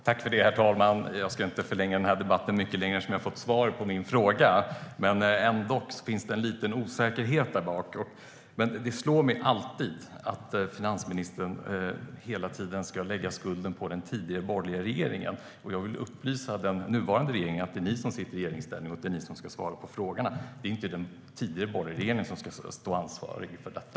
Herr talman! Jag ska inte förlänga den här debatten eftersom jag har fått svar på min fråga. Men det finns ändå en liten osäkerhet. Det slår mig alltid att finansministern hela tiden lägger skulden på den tidigare borgerliga regeringen. Jag vill upplysa den nuvarande regeringen om att det är ni som sitter i regeringsställning, och det är ni som ska svara på frågorna. Det är inte den tidigare borgerliga regeringen som ska hållas ansvarig för detta.